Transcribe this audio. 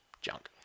junk